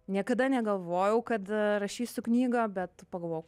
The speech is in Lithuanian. niekada negalvojau kad rašysiu knygą bet pagalvojau